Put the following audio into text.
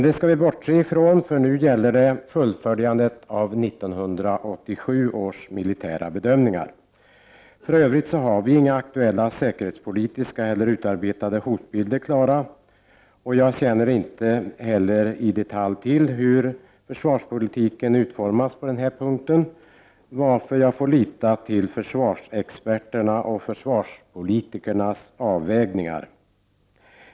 Det skall vi bortse ifrån, för nu gäller det fullföljandet av 1987 års militära bedömningar. För övrigt har vi inga aktuella säkerhetspolitiska eller utarbetade hotbilder klara. Jag känner inte heller i detalj till hur försvarspolitiken utformas, varför jag får lita till försvarsexperternas och försvarspolitikernas avvägningar.